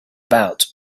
about